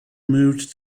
moved